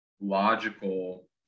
logical